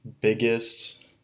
biggest